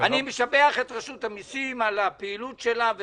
אני משבח את רשות המיסים על הפעילות שלה.